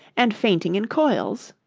and fainting in coils